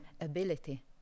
ability